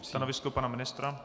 Stanovisko pana ministra?